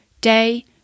day